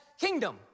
kingdom